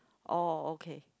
oh okay